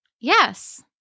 Yes